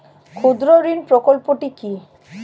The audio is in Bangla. ক্ষুদ্রঋণ প্রকল্পটি কি?